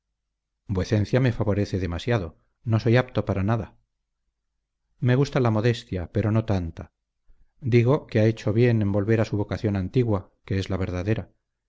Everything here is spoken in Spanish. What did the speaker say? vuecencia me favorece demasiado no soy apto para nada me gusta la modestia pero no tanta digo que ha hecho bien en volver a su vocación antigua que es la verdadera